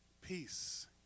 peace